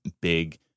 big